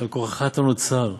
שעל כורחך אתה נוצר,